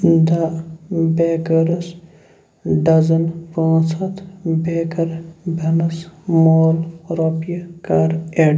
the baker's dozen پانٛژ ہتھ baker بَنَس مول رۄپیہِ کَر ایڈ